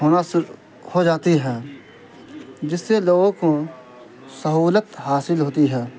ہونا ہو جاتی ہے جس سے لوگوں کو سہولت حاصل ہوتی ہے